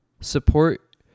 support